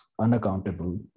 unaccountable